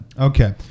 Okay